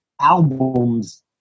albums